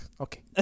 Okay